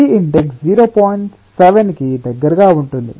7 కి దగ్గరగా ఉంటుంది